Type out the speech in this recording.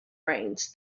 brains